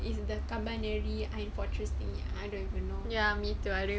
it's the kabaneri iron fortress thing I don't even know